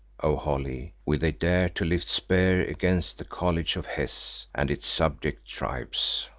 o holly, will they dare to lift spear against the college of hes and its subject tribes.